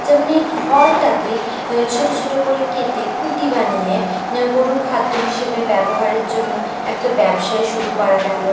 যেমন এই খড়টাকে ছোটো ছোটো করে কেটে কুটি বানিয়ে গোরুর খাদ্য হিসেবে ব্যবহারের জন্য একটা ব্যবসাই শুরু করা গেলো